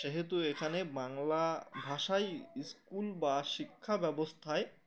সেহেতু এখানে বাংলা ভাষায় স্কুল বা শিক্ষা ব্যবস্থায়